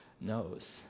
knows